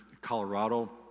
Colorado